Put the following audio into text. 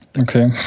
Okay